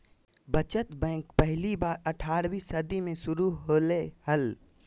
बचत बैंक पहली बार अट्ठारहवीं सदी में शुरू होले हल